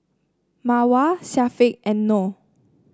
Mawar Syafiq and Noh